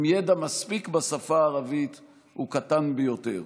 ידע מספיק בשפה הערבית הוא קטן ביותר.